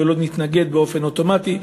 ולא נתנגד באופן אוטומטי.